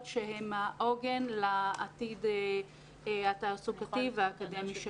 שהם העוגן לעתיד התעסוקתי והאקדמי שלהם.